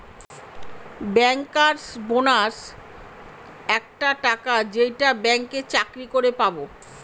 bankers bonus একটা টাকা যেইটা ব্যাঙ্কে চাকরি করে পাবো